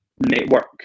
network